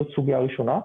זאת סוגיה ראשונה.